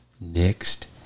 next